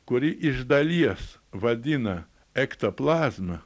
kurį iš dalies vadina ektoplazma